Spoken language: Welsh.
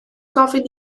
gofyn